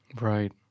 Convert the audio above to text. Right